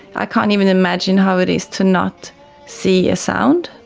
i can't even imagine how it is to not see a sound.